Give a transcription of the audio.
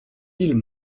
mille